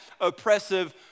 oppressive